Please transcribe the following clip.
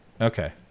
Okay